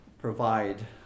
provide